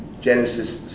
Genesis